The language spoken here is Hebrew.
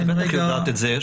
ואת בטח יודעת את זה,